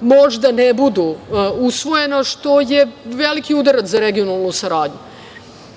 možda ne budu usvojena što je veliki udarac za regionalnu saradnju. Opet